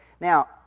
Now